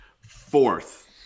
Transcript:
fourth